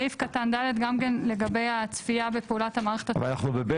סעיף קטן (ד) גם כן לגבי הצפייה בפעולת המערכת --- אנחנו ב-(ב),